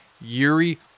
Yuri